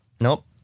nope